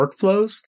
workflows